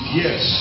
yes